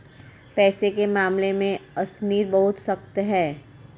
पैसे के मामले में अशनीर बहुत सख्त है